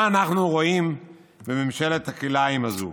מה אנחנו רואים בממשלת הכלאיים הזו?